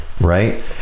right